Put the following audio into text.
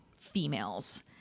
females